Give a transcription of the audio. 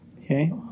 Okay